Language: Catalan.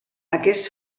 aquest